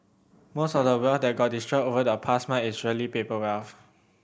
most of the wealth that got destroyed over the past month is really paper wealth